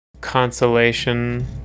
Consolation